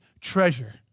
treasure